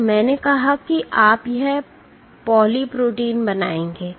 तो मैंने कहा कि आप यह पॉली प्रोटीन बनाएंगे